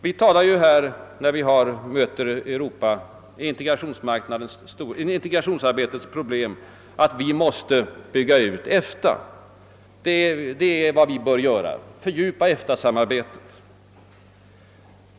Vi talar ju när det gäller integrationsarbetets problem om att vi måste bygga ut EFTA, att vi bör fördjupa EFTA samarbetet.